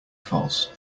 false